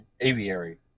aviary